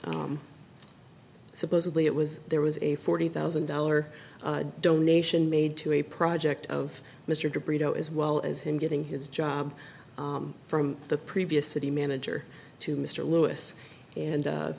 that supposedly it was there was a forty thousand dollar donation made to a project of mr de brito as well as him getting his job from the previous city manager to mr lewis and